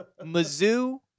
Mizzou